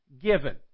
given